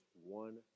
one